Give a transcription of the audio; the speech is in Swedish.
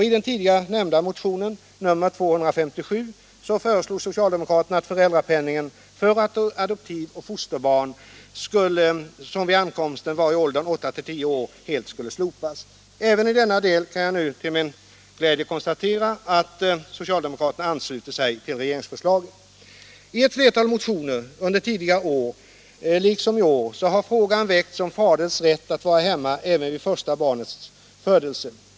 I den tidigare nämnda motionen nr 257 föreslog socialdemokraterna att föräldrapenning för adoptivoch fosterbarn som vid ankomsten var i åldern åtta till tio år 13 helt skulle slopas. Även i denna del kan jag nu till min glädje konstatera att socialdemokraterna anslutit sig till regeringsförslaget. I ett flertal motioner under tidigare år liksom i år har frågan väckts om faderns rätt att vara hemma även vid första barnets födelse.